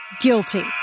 Guilty